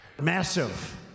Massive